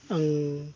आं